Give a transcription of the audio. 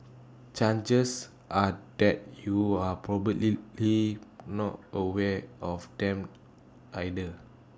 changes are that you're probably not aware of them either